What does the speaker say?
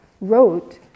wrote